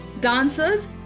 Dancers